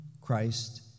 Christ